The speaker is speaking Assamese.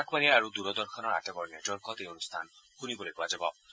আকাশবাণী আৰু দূৰদৰ্শনৰ আটাইবোৰ নেটৱৰ্কত এই অনুষ্ঠান শুনিবলৈ পোৱা যাব